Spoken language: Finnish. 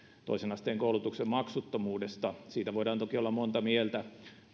toisen asteen koulutuksen maksuttomuudesta siitä voidaan toki olla monta mieltä